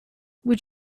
would